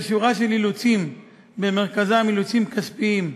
בשל שורה של אילוצים, שבמרכזם אילוצים כספיים,